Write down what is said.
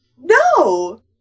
no